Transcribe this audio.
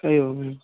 एवम् एवं